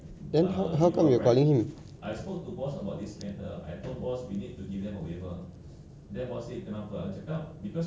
okay okay but wait ah but from what I know covalent is ah they they are not they didn't pass the Q_P right